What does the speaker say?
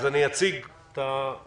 אז אני אציג את הנושא,